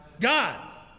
God